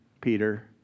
Peter